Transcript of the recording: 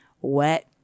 wet